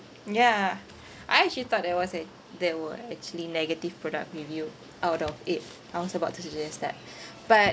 yeah I actually thought that was a that were actually negative product review out of it I was about to suggest that but